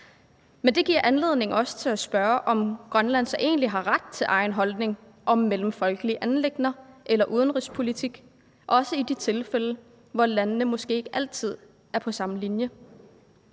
Men det giver anledning til også at spørge, om Grønland så egentlig har ret til egen holdning om mellemfolkelige anliggender eller udenrigspolitik, også i de tilfælde, hvor landene måske ikke altid er på samme linje.